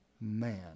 man